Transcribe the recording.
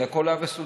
כי הכול היה מסודר.